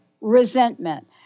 Resentment